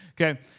Okay